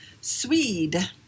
swede